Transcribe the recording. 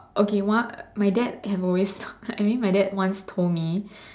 okay my dad has always I mean my dad once told me